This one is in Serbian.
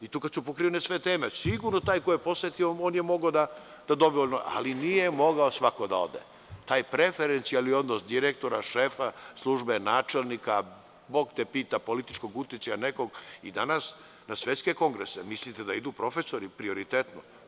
Tu su bile pokrivene sve teme i sigurno taj koji je posetio mogao je dobrovoljno, ali nije mogao svako da ode, taj preferencijalni odnos direktora, šefa službe, načelnika, Bog te pita, političkog uticaja nekog i danas na svetske kongrese, mislite da idu profesori prioritetno?